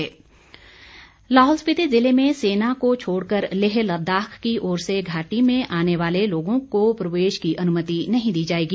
लाहौल लाहौल स्पीति ज़िले में सेना को छोड़ कर लेह लद्दाख की ओर से घाटी में आने वाले लोगों को प्रवेश की अनुमति नहीं दी जाएगी